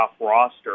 roster